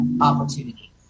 opportunity